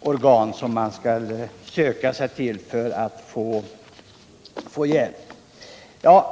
organ som man skall söka sig till för att få hjälp.